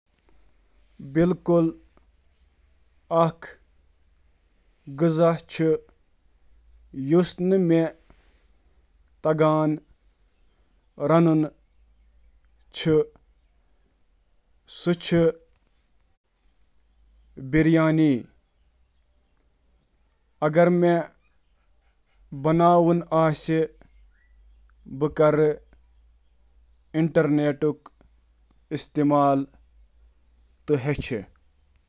مےٚ چھُنہٕ پتہ وازوان کِتھ کٔنۍ بناوُن۔ مگر بہٕ چھُس/چھَس یژھان کٲشِرۍ وازوان رَنُن ہیٚچھُن۔